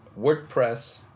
wordpress